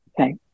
Okay